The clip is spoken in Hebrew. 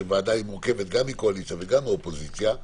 שוועדה מורכבת גם מקואליציה וגם מאופוזיציה,